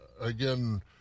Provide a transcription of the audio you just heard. again